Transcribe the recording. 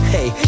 Hey